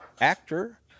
actor